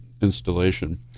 installation